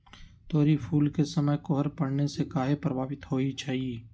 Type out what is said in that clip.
तोरी फुल के समय कोहर पड़ने से काहे पभवित होई छई?